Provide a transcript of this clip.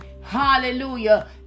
Hallelujah